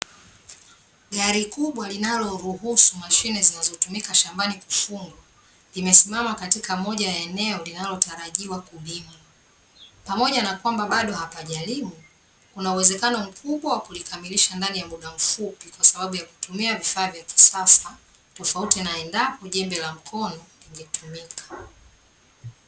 Gari kubwa linaloruhusu mashine zinazotumika shambani kufungwa, limesimama katika moja ya eneo linalotarajiwa kulimwa. Pamoja na kwamba bado hapajalimwa, kuna uwezekano mkubwa wa kulikamilisha ndani ya muda mfupi kwa sababu ya kutumia vifaa vya kisasa, tofauti na endapo jembe la mkono lingetumika.